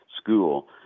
School